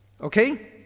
Okay